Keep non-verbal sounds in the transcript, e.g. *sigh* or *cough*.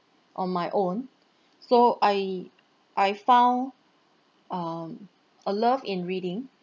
on my own *breath* so I I found um a love in reading